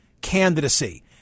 candidacy